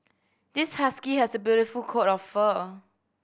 this husky has a beautiful coat of fur